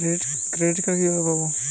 Credit card কিভাবে পাব?